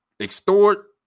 extort